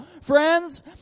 friends